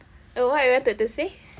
uh what you wanted to say